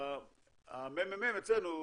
הממ"מ אצלנו,